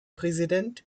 präsident